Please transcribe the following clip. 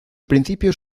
principios